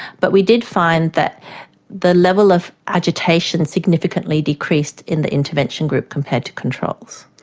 but we did find that the level of agitation significantly decreased in the intervention group compared to controls.